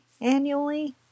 annually